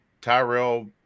Tyrell